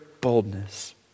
boldness